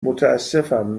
متاسفم